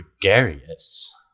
gregarious